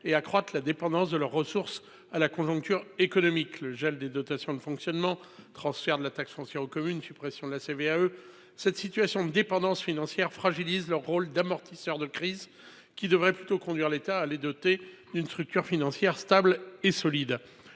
et accroître la dépendance de leurs ressources à la conjoncture économique : gel des dotations de fonctionnement, transfert de la taxe foncière aux communes, suppression de la CVAE. Cette dépendance financière fragilise leur rôle d’amortisseur de crises, lequel devrait plutôt conduire l’État à les doter d’une structure financière stable et solide.